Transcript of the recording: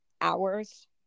hours